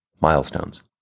Milestones